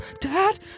dad